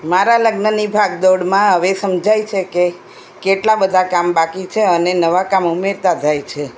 મારા લગ્નની ભાગદોડમાં હવે સમજાય છે કે કેટલાં બધા કામ બાકી છે અને નવા કામ ઉમેરાતાં જાય છે